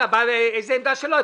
איזה עמדה שלו?